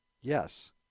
yes